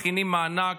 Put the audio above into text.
על כך שמכינים מענק,